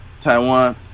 Taiwan